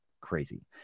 crazy